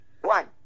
One